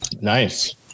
Nice